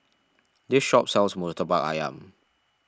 this shop sells Murtabak Ayam